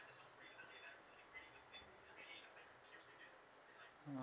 mmhmm